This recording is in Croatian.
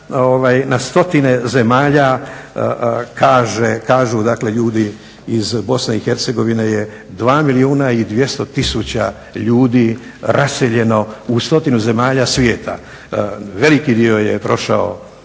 na stotine zemalja. Kažu dakle ljudi iz BiH je 2 milijuna 200 tisuća ljudi raseljeno u stotine zemalja svijeta. Veliki dio je prošao